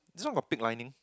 this one got pig lining